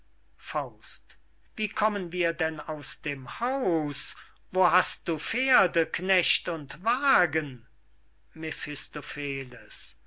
leben wie kommen wir denn aus dem haus wo hast du pferde knecht und wagen